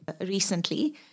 recently